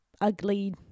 ugly